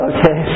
Okay